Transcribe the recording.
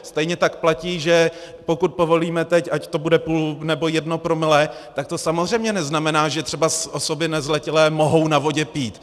Stejně tak platí, že pokud povolíme teď, ať to bude půl, nebo jedno promile, tak to samozřejmě neznamená, že třeba osoby nezletilé mohou na vodě pít.